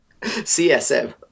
CSM